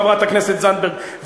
חברת הכנסת זנדברג,